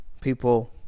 people